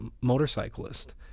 motorcyclist